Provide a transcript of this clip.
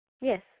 Yes